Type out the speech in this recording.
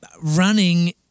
running